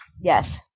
Yes